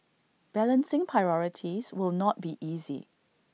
balancing priorities will not be easy